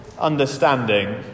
understanding